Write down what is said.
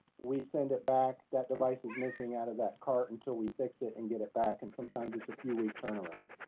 we send it back, that device is missing out of that cart until we fix it and get it back and sometimes it's a few week turnaround.